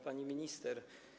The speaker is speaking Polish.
Pani Minister!